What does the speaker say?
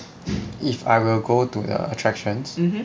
if I will go to the attractions